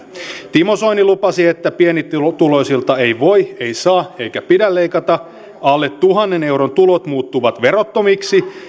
timo soini lupasi että pienituloisilta ei voi ei saa eikä pidä leikata alle tuhannen euron tulot muuttuvat verottomiksi